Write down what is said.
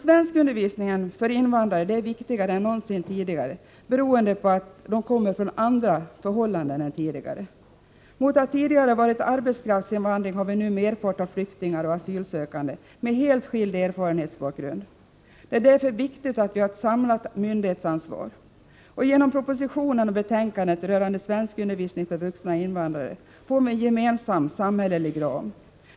Svenskundervisningen för invandrare är viktigare än någonsin tidigare, beroende på att invandrarna i dag kommer från andra förhållanden än de gjorde förr. Tidigare hade vi en arbetskraftsinvandring, men nu är merparten flyktingar och asylsökande med en helt annan erfarenhetsbakgrund. Det är därför viktigt att vi har ett samlat myndighetsansvar. Genom propositionen och betänkandet rörande svenskundervisningen för vuxna invandrare får vi en gemensam samhällelig ram.